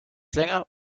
länger